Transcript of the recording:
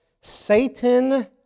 Satan